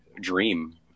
dream